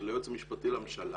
של היועץ המשפטי לממשלה,